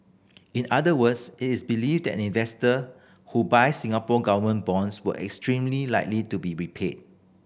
in other words it is believe that investor who buys Singapore Government bonds will extremely likely be repaid